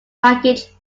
package